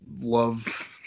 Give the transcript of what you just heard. love